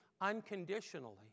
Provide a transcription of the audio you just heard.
unconditionally